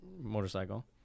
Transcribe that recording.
Motorcycle